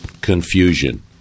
confusion